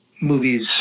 movies